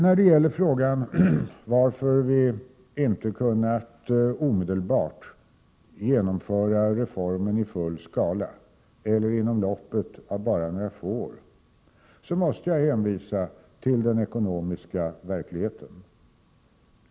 När det gäller frågan varför vi inte kunnat omedelbart genomföra reformen i full skala eller inom loppet av bara några få år måste jag hänvisa till den ekonomiska verkligheten.